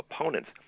opponents